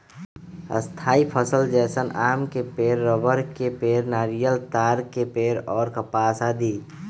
स्थायी फसल जैसन आम के पेड़, रबड़ के पेड़, नारियल, ताड़ के पेड़ और कपास आदि